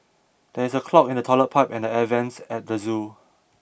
there is a clog in the toilet pipe and the air vents at the zoo